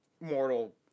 mortal